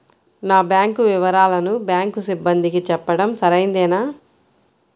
నా బ్యాంకు వివరాలను బ్యాంకు సిబ్బందికి చెప్పడం సరైందేనా?